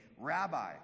Rabbi